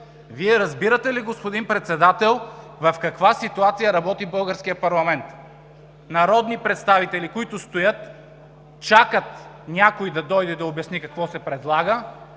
Вие разбирате ли, господин Председател, в каква ситуация работи българският парламент – народни представителите стоят и чакат някой да дойде да обясни какво се предлага.